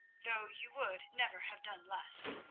though you would never have done less.